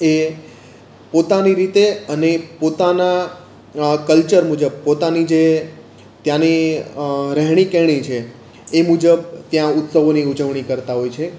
એ પોતાની રીતે અને પોતાનાં કલ્ચર મુજબ પોતાની જે ત્યાંની રહેણી કરણી છે એ મુજબ ત્યાં ઉત્સવોની ઉજવણી કરતા હોય છે